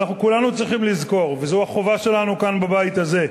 כולנו צריכים לזכור, וזו החובה שלנו כאן בבית הזה,